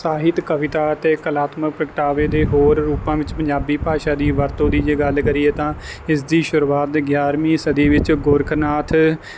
ਸਾਹਿਤ ਕਵਿਤਾ ਅਤੇ ਕਲਾਤਮਕ ਪ੍ਰਗਟਾਵੇ ਦੇ ਹੋਰ ਰੂਪਾਂ ਵਿੱਚ ਪੰਜਾਬੀ ਭਾਸ਼ਾ ਦੀ ਵਰਤੋਂ ਦੀ ਜੇ ਗੱਲ ਕਰੀਏ ਤਾਂ ਇਸ ਦੀ ਸ਼ੁਰੂਆਤ ਗਿਆਰ੍ਹਵੀਂ ਸਦੀ ਵਿੱਚ ਗੋਰਖਨਾਥ